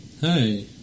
Hi